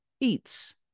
eats